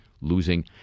losing